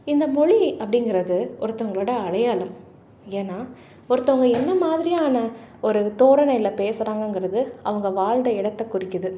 இந்த மொழி அப்படிங்கிறது ஒருத்தவங்களோட அடையாளம் ஏன்னால் ஒருத்தவங்க என்ன மாதிரியான ஒரு தோரணையில் பேசுகிறாங்கங்கிறது அவங்க வாழ்ந்த இடத்த குறிக்குது